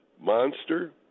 Monster